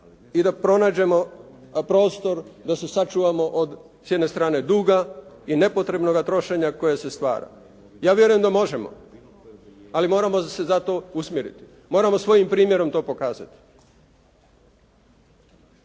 i da pronađemo prostor da se sačuvamo s jedne strane duga i nepotrebnoga trošenja koje se stvara? Ja vjerujem da možemo ali moramo se zato usmjeriti, moramo svojim primjerom to pokazati.